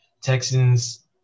Texans